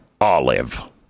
olive